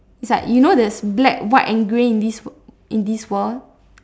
it's like you know there's black white and grey in this in this world